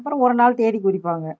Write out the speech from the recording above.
அப்புறம் ஒரு நாள் தேதி குறிப்பாங்க